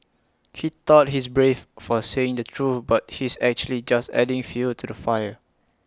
he thought he's brave for saying the truth but he's actually just adding fuel to the fire